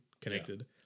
connected